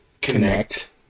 connect